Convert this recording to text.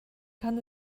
kann